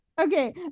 Okay